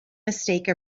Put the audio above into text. mistake